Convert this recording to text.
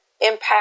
impact